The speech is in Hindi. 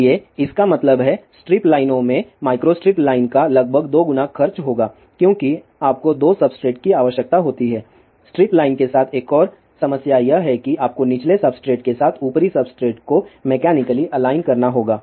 इसलिए इसका मतलब है स्ट्रिप लाइनों में माइक्रोस्ट्रिप लाइन का लगभग दोगुना खर्च होगा क्योंकि आपको 2 सब्सट्रेट की आवश्यकता होती है स्ट्रिप लाइन के साथ एक और समस्या यह है कि आपको निचले सब्सट्रेट के साथ ऊपरी सब्सट्रेट को मैकेनिकली अलाइन करना होगा